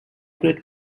grade